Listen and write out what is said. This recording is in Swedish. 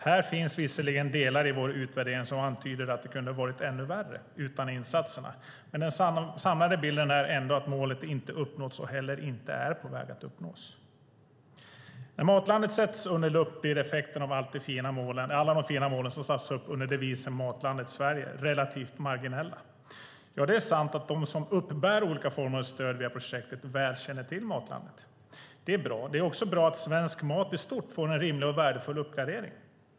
Här finns visserligen delar i vår utvärdering som antyder att det 'kunde ha varit ännu värre' utan insatserna, men den samlade bilden är ändå att målet inte uppnåtts och heller inte är på väg att uppnås." När Matlandet sätts under lupp blir effekten av alla de fina mål som sattes upp under devisen Matlandet Sverige relativt marginella. Det är sant att de som uppbär olika former av stöd via projektet väl känner till Matlandet. Det är bra. Det är också bra att svensk mat i stort får en rimlig och värdefull uppgradering.